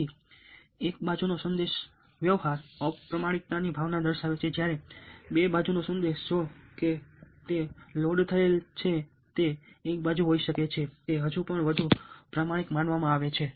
તેથી એક બાજુનો સંદેશ સંદેશાવ્યવહાર અપ્રમાણિકતાની ભાવના દર્શાવે છે જ્યારે બે બાજુનો સંદેશ જો કે તે લોડ થયેલ તે એક બાજુ હોઈ શકે છે તે હજુ પણ વધુ પ્રમાણિક માનવામાં આવે છે